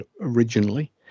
originally